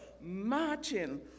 marching